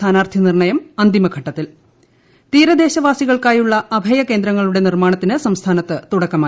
സ്ഥാനാർത്ഥി നിർണയം അന്തിമഘട്ടത്തിൽ തീരദേശവാസികൾക്കായുള്ള അഭയ കേന്ദ്രങ്ങളുടെ ന് നിർമ്മാണത്തിന് സ്ക്ക്സ്ഥാന്ത്ത് തുടക്കമായി